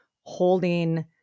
holding